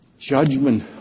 Judgment